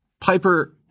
Piper